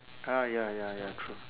ah ya ya ya true